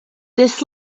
this